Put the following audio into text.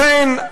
לכן,